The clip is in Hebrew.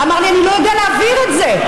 הוא אמר לי: אני לא יודע להעביר את זה.